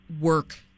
work